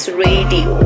radio